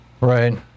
Right